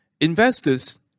Investors